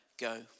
go